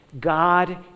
God